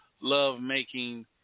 love-making